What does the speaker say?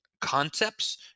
concepts